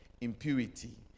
impurity